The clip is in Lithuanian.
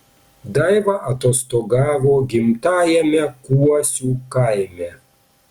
daiva atostogavo gimtajame kuosių kaime